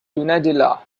unadilla